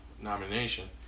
nomination